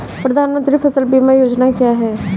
प्रधानमंत्री फसल बीमा योजना क्या है?